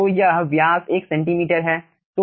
तो यह व्यास 1 सेंटीमीटर है